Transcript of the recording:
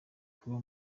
kuba